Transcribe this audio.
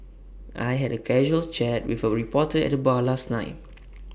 I had A casual chat with A reporter at the bar last night